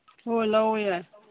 ꯍꯣꯏ ꯂꯧꯋꯣ ꯌꯥꯏ